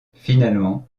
finalement